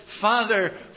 Father